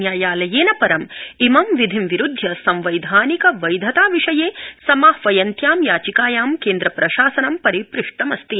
न्यायालयेन परं इमं विधिं विरूदधय संवैधानिक वैधता विषये समाहवयन्त्याम् याचिकायां केन्द्र प्रशासनं परिपृष्टमस्ति